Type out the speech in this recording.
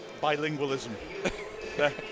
bilingualism